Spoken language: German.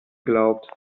glaubt